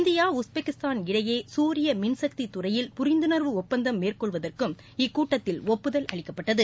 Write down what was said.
India Uzbekistan இடையே சூரிய மிள் சக்தி துறையில் புரிந்துணர்வு ஒப்பந்தம் மேற்கொள்வதற்கும் இக்கூட்டத்தில் ஒப்புதல் அளிக்கப்பட்டது